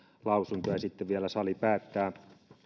lausunto ja sitten vielä sali päättää